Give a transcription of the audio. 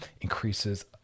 increases